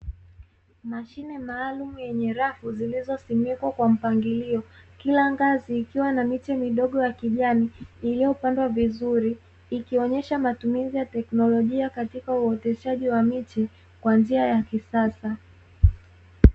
Mashine maalumu yenye rafu zilizosimikwa kwa mpangilio, kila ngazi ikiwa na miti midogo ya kijani iliyopandwa vizuri ikionyesha matumizi ya teknolojia ya upandaji wa miti kwa njia ya kisasa.